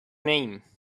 name